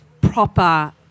proper